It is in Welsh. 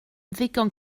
ddigon